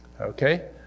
Okay